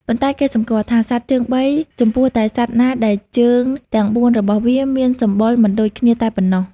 ប៉ុន្តែ គេសម្គាល់ថា សត្វជើងបី ចំពោះតែសត្វណាដែលជើងទាំងបួនរបស់វាមានសម្បុរមិនដូចគ្នាតែប៉ុណ្ណោះ។